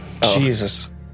Jesus